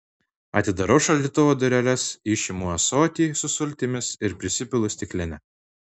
atidarau šaldytuvo dureles išimu ąsotį su sultimis ir prisipilu stiklinę